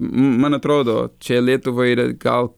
man atrodo čia lietuva yra gal